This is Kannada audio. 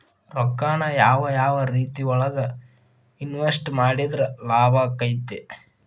ರೊಕ್ಕಾನ ಯಾವ ಯಾವ ರೇತಿಯೊಳಗ ಇನ್ವೆಸ್ಟ್ ಮಾಡಿದ್ರ ಲಾಭಾಕ್ಕೆತಿ?